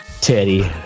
Teddy